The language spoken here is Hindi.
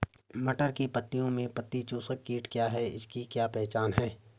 मटर की पत्तियों में पत्ती चूसक कीट क्या है इसकी क्या पहचान है?